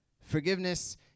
Forgiveness